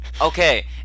okay